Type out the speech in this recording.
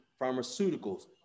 pharmaceuticals